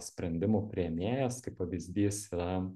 sprendimų priėmėjas kaip pavyzdys yra